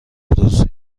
روز